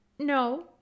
No